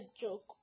joke